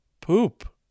poop